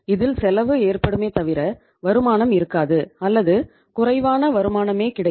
இதில் செலவு ஏற்படுமே தவிர வருமானம் இருக்காது அல்லது குறைவான வருமானமே கிடைக்கும்